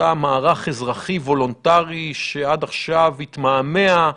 אותו מערך אזרחי וולונטרי שעד עכשיו התמהמה.